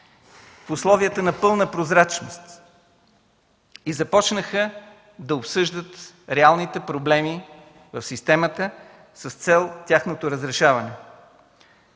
в условията на пълна прозрачност и започнаха да обсъждат реалните проблеми в системата с цел тяхното разрешаване.